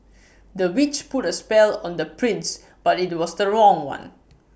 the witch put A spell on the prince but IT was the wrong one